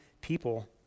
people